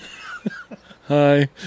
Hi